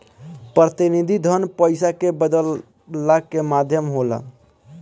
प्रतिनिधि धन पईसा के बदलला के माध्यम होला